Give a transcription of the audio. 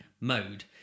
mode